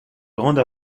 grande